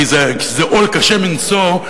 כי זה עול קשה מנשוא,